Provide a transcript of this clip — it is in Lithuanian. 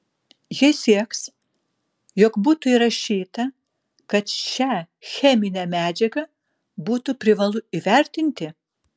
jie sieks jog būtų įrašyta kad šią cheminę medžiagą būtų privalu įvertinti